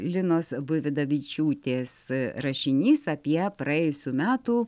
linos buividavičiūtės rašinys apie praėjusių metų